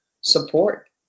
support